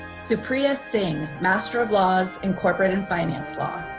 supriya singh, master of laws in corporate and finance law.